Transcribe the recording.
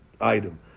item